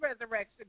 resurrection